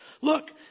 Look